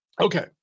Okay